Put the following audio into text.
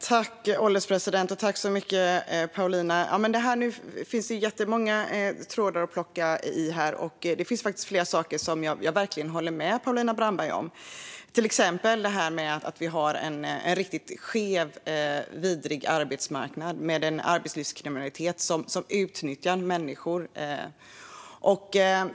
Herr ålderspresident! Nu finns det många trådar att plocka upp här, och det finns flera saker där jag verkligen håller med Paulina Brandberg. Det gäller till exempel att arbetsmarknaden är riktigt skev och vidrig med en arbetslivskriminalitet som utnyttjar människor.